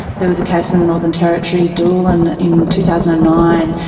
there was a case in the northern territory, doolan in two thousand and nine,